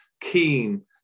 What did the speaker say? keen